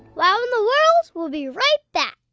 wow in the world will be right back.